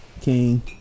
King